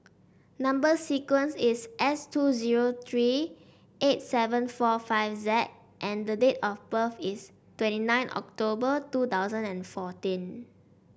number sequence is S two zero three eight seven four five Z and the date of birth is twenty nine October two thousand and fourteen